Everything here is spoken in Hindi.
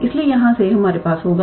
इसलिए यहां से हमारे पास होगा